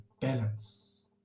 balance